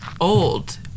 old